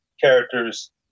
Characters